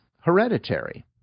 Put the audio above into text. Hereditary